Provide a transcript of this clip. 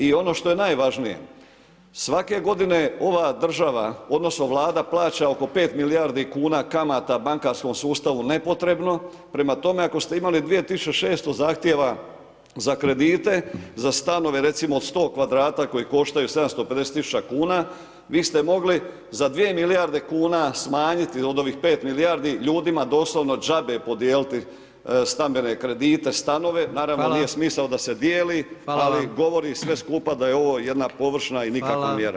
I ono što je najvažnije, svake godine ova država, odnosno Vlada plaća oko 5 milijardi kuna kamata bankarskom sustavu nepotrebno, prema tome ako ste imali 2600 zahtjeva za kredite, za stanove recimo 100 kvadrata koji koštaju 750 000 kuna, vi ste mogli za 2 milijarde kuna smanjiti od ovih 5 milijardi ljudima doslovno džabe podijeliti stambene kredite, stanove, naravno nije smisao da se dijeli, ali govori sve skupa da je ovo jedna površna i nikakva mjera.